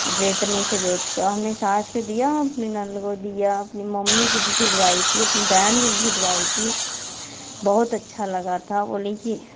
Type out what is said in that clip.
रेतनी से रेत के हमने सास को दिया अपनी ननद को दिया अपनी मम्मी को भिजवाई थी अपनी बहन को भी भिजवाई थी बहुत अच्छा लगा था बोली की